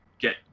Get